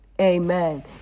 Amen